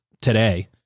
today